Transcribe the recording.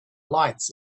lights